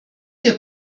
wir